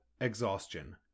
exhaustion